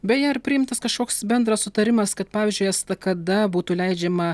beje ar priimtas kažkoks bendras sutarimas kad pavyzdžiui estakada būtų leidžiama